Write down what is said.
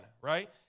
right